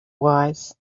wise